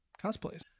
cosplays